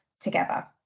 together